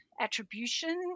attribution